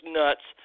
nuts